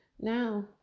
now